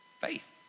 Faith